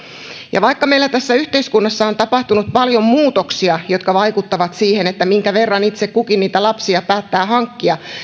ja vaikka meillä tässä yhteiskunnassa on tapahtunut paljon muutoksia jotka vaikuttavat siihen minkä verran itse kukin niitä lapsia päättää hankkia